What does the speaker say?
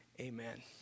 Amen